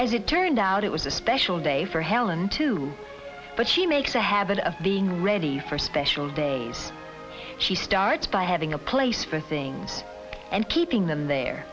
as it turned out it was a special day for helen too but she makes a habit of being ready for special days she starts by having a place for things and keeping them there